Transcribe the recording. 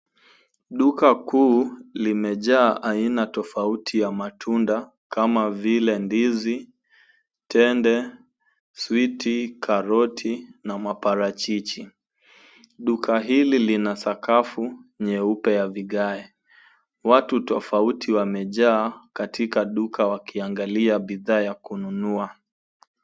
Duka kuu limejaa aina tofauti ya matunda kama vile ndizi, tende, switi na maparachichi. Duka hili lina sakafu nyeupe ya vigae. Watu tofauti wamejaa katika duka wakiangalia bidhaa ya kununua.